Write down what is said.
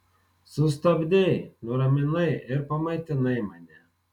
sustabdei nuraminai ir pamaitinai mane